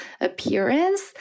appearance